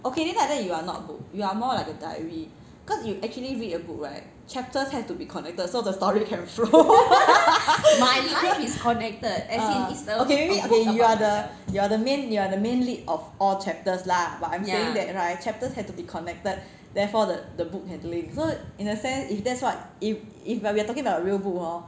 okay that's why I tell you you are not book you are more like a diary cause you actually read a book right chapters have to be connected so the story can flow err ok maybe err you are the you are the main you are the main lead of all chapters lah but I'm saying that right chapters have to be connected therefore the book can link so in that sense if that's what if we're talking about real book hor